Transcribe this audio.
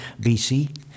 BC